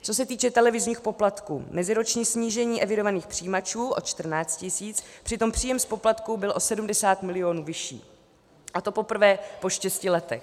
Co se týče televizních poplatků, meziroční snížení evidovaných přijímačů o 14 tisíc, přitom příjem z poplatků byl o 70 milionů vyšší, a to poprvé po šesti letech.